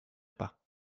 repas